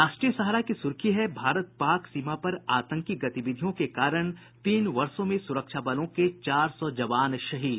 राष्ट्रीय सहारा की सुर्खी है भारत पाक सीमा पर आतंकी गतिविधियों के कारण तीन वर्षो में सुरक्षा बलों के चार सौ जवान शहीद